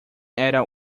era